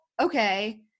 okay